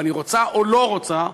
או אני רוצה או לא רוצה,